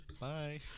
Bye